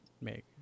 make